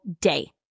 day